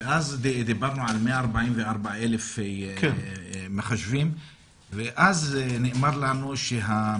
ואז דיברנו על 144,000 מחשבים ונאמר לנו שכבר